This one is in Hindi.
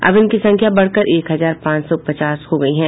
अब इसकी संख्या बढ़कर एक हजार पांच सौ पचास हो गयी है